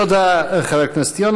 תודה לחבר הכנסת יונה.